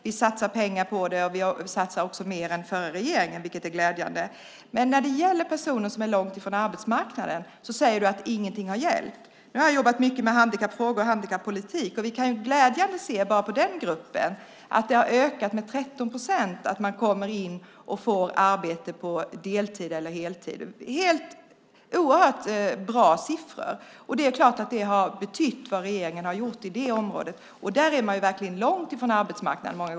Vi satsar pengar på den, och vi satsar mer än den förra regeringen, vilket är glädjande. Men när det gäller personer som är långt från arbetsmarknaden säger du att ingenting har hjälpt. Jag har jobbat mycket med handikappfrågor och handikappolitik, och vi kan glädjande nog bara på den gruppen se att det har ökat med 13 procent. Man kommer in och får arbete på deltid eller heltid. Det är oerhört bra siffror. Det är klart att det har betytt något vad regeringen har gjort på det området. Där är man många gånger långt ifrån arbetsmarknaden.